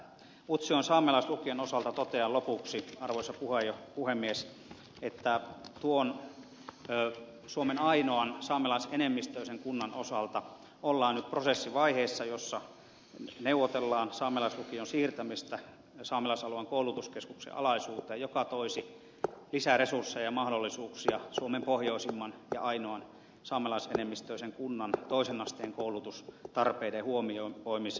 utsjoen saamelaislukion osalta totean lopuksi arvoisa puhemies että tuon suomen ainoan saamelaisenemmistöisen kunnan osalta ollaan nyt prosessivaiheessa jossa neuvotellaan saamelaislukion siirtämisestä saamelaisalueen koulutuskeskuksen alaisuuteen mikä toisi lisäresursseja ja mahdollisuuksia suomen pohjoisimman ja ainoan saamelaisenemmistöisen kunnan toisen asteen koulutustarpeiden huomioimiseen